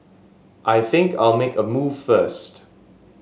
I think I'll make a move first